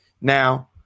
Now